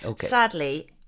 Sadly